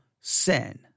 sin